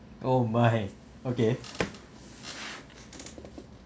oh my okay